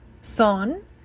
son